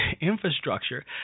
infrastructure